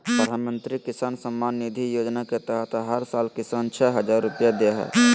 प्रधानमंत्री किसान सम्मान निधि योजना के तहत हर साल किसान, छह हजार रुपैया दे हइ